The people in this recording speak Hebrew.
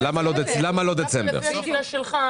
למה לא דצמבר?